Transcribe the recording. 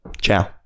Ciao